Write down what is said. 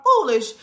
foolish